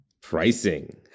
Pricing